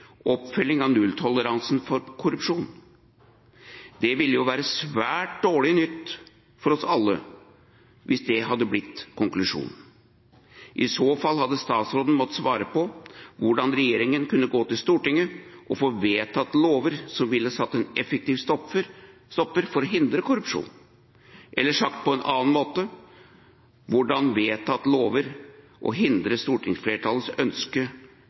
oppfølging av nulltoleransen for korrupsjon. Det ville jo vært svært dårlig nytt for oss alle hvis det hadde blitt konklusjonen. I så fall hadde statsråden måttet svare på hvordan regjeringen kunne gå til Stortinget og få vedtatt lover som ville satt en effektiv stopper for å hindre korrupsjon. Eller sagt på en annen måte: Hvordan vedtatte lover hindrer stortingsflertallets ønske